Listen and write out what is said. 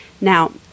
Now